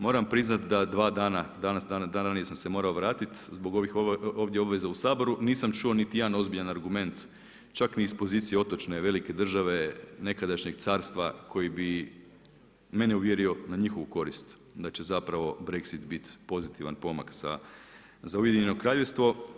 Moram priznati da dva dana, … sam se morao vratiti zbog ovih ovdje obaveza u Saboru, nisam čuo niti jedan ozbiljan argument čak ni iz pozicije otočne velike države nekadašnjeg carstva koji bi mene uvjerio na njihovu korist da će zapravo Brexit biti pozitivan pomak za Ujedinjeno Kraljevstvo.